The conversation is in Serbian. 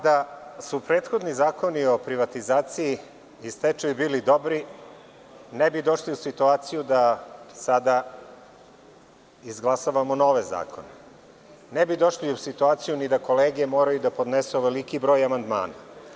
Da su prethodni zakoni o privatizaciji i stečaju bili dobro, ne bi došli u situaciju da sada izglasavamo nove zakone i ne bi došli u situaciju ni da kolege moraju da podnesu ovoliki broj amandmana.